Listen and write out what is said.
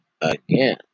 again